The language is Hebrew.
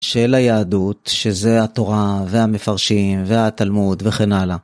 של היהדות, שזה התורה, והמפרשים, והתלמוד, וכן הלאה.